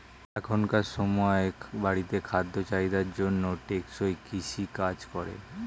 এখনকার সময়ের বাড়তি খাদ্য চাহিদার জন্য টেকসই কৃষি কাজ করে